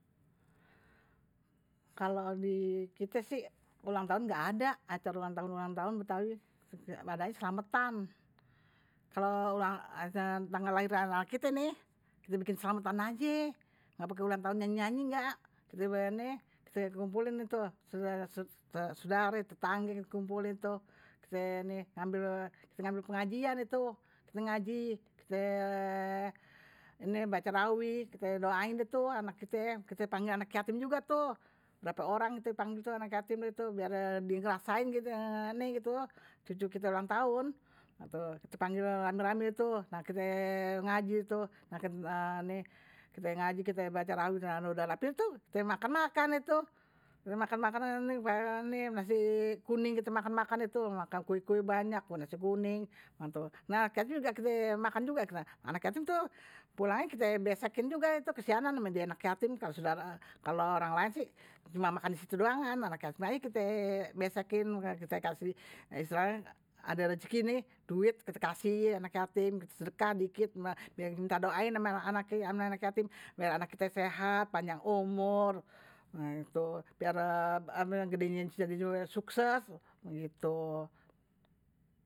Kalau di kite sih ulang tahun nggak ada, acara ulang tahun-ulang tahun, betawi adanye selamatan. Kalau ulang tanggal lahir anak kite nih, kite bikin selamatan aje. Nggak pakai ulang tahun nyanyi-nyanyi nggak. Kite ngumpulin itu. sodara sodare, tetangga kite ngumpulin itu. Kite ngambil pengajian itu. Kite ngaji, kite baca rawi, kite doain itu anak kite. Kite panggil anak yatim juga tuh. Berapa orang kite panggil anak yatim, biar dia ngerasain. Cucuk kite ulang tahun, kite panggil ramai-ramai itu. Kite ngaji, kite baca rawi, kite doain itu. Kite makan-makan itu. Makan-makan ini nasi kuning kite makan-makan itu. Makan kue kue banyak, nasi kuning. Nah, anak yatim juga kite makan juga. Anak yatim tuh pulangnya kite besekin juga itu. Kesianan namanya anak yatim. Kalau orang lain sih cuma makan di situ doang. Anak yatim aje kite besekin, kite kasih istilahnye ada rezeki nih, duit kite kasih anak yatim. Sedekah dikit, biar minta doain ame anak yatim. Biar anak kite sehat, panjang umur. Biar gedenye bisa sukses gitu.